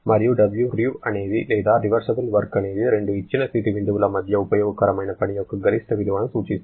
మరియు Wrev లేదా reversible work అనేది రెండు ఇచ్చిన స్థితి బిందువుల మధ్య ఉపయోగకరమైన పని యొక్క గరిష్ట విలువను సూచిస్తుంది